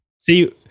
See